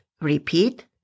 Repeat